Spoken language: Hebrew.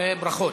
ברכות.